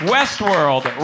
Westworld